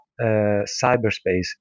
cyberspace